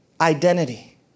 identity